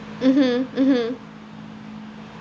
mmhmm mmhmm